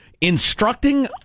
instructing